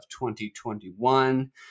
2021